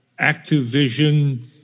Activision